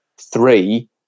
three